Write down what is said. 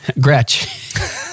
Gretch